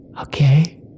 Okay